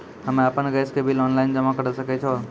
हम्मे आपन गैस के बिल ऑनलाइन जमा करै सकै छौ?